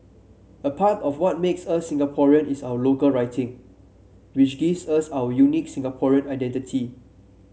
a part of what makes us Singaporean is our local writing which gives us our unique Singaporean identity